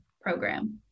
program